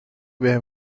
بهم